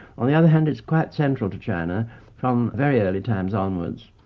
on the other hand it is quite central to china from very early times onwards.